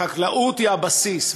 החקלאות היא הבסיס.